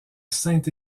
saint